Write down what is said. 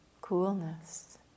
coolness